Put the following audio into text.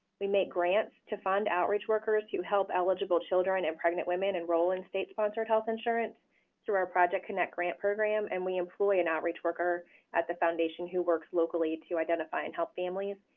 we make grants to fund outreach workers to help eligible children and pregnant women enroll in state-sponsored health insurance through our project connect grant program, and we employ an outreach worker at the foundation who works locally to identify and help families.